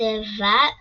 צבא דמבלדור,